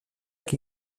qui